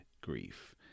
grief